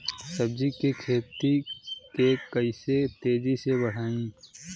सब्जी के खेती के कइसे तेजी से बढ़ाई?